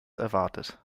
erwartet